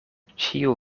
ĉiu